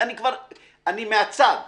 אני מהצד,